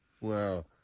Wow